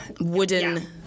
wooden